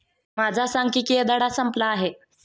माझा सांख्यिकीय धडा संपला आहे